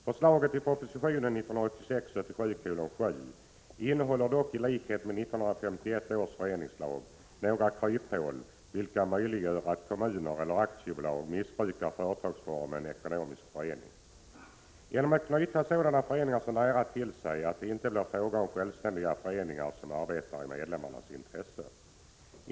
Förslaget i proposition 1986/87:7 innehåller dock, i likhet med 1951 års föreningslag, några kryphål vilka möjliggör att kommuner eller aktiebolag missbrukar företagsformen ekonomisk förening genom att knyta sådana föreningar så nära till sig att det inte blir fråga om självständiga föreningar som arbetar i medlemmarnas intresse.